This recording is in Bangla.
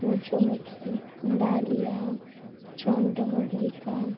সূর্যমুখী ডালিয়া চন্দ্রমল্লিকা